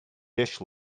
dish